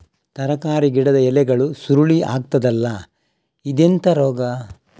ತರಕಾರಿ ಗಿಡದ ಎಲೆಗಳು ಸುರುಳಿ ಆಗ್ತದಲ್ಲ, ಇದೆಂತ ರೋಗ?